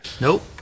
Nope